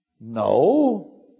No